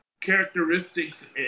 characteristics